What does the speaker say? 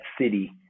city